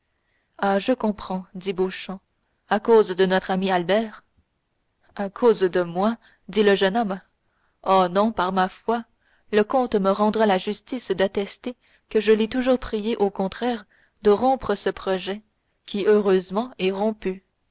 ah je comprends dit beauchamp à cause de notre ami albert à cause de moi dit le jeune homme oh non par ma foi le comte me rendra la justice d'attester que je l'ai toujours prié au contraire de rompre ce projet qui heureusement est rompu